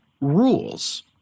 rules